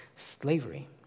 slavery